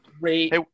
great